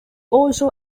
also